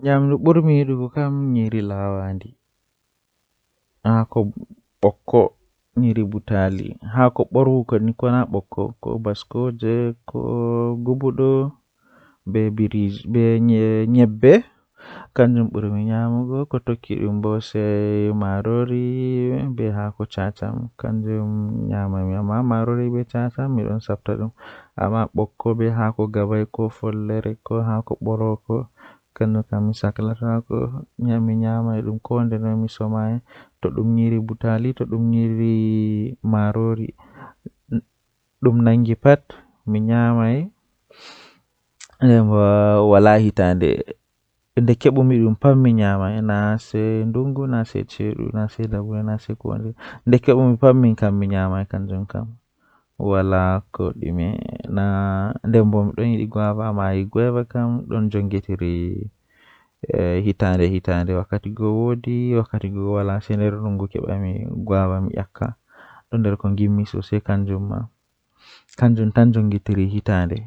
Fijide mi burda yidugo kanjum woni ballon bedon wiya dum football malla soccer be turankoore nden fijirde man beldum masin nden himbe dubbe don yidi halla man.